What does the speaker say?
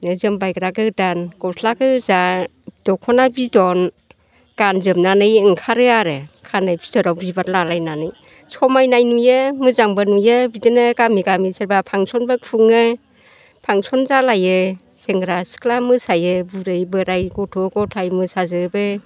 जोमबायग्रा गोदान गस्ला गोजा दख'ना बिदन गानजोबनानै ओंखारो आरो खानाइ फिथ'राव बिबार लालायनानै समायनाय नुयो मोजांबो नुयो बिदिनो गामि गामि सोरबा फांसनबो खुंङो फांसन जालायो सेंग्रा सिख्ला मोसायो बुरै बोराय गथ' गथाय मोसाजोबो